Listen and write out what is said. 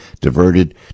diverted